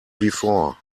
before